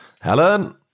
Helen